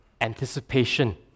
anticipation